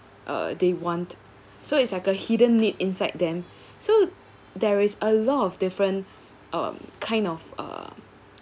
uh they want so it's like a hidden need inside them so there is a lot of different um kind of uh